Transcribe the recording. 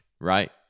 right